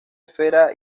esfera